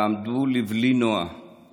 ועמדו לבלי נוע /